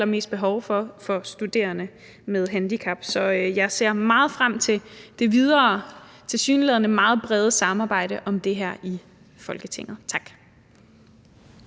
allermest behov for for studerende med handicap. Så jeg ser meget frem til det videre og tilsyneladende meget brede samarbejde om det her i Folketinget. Tak.